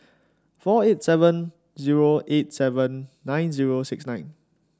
four eight seven zero eight seven nine zero six nine